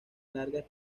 largas